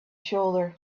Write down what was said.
shoulder